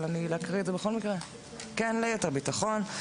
אבל אקרא ליתר ביטחון.